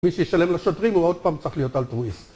מי שישלם לשוטרים הוא עוד פעם צריך להיות אלטרואיסט